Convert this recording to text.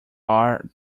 are